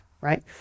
right